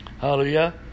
Hallelujah